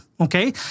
okay